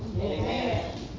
Amen